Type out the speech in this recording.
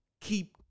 Keep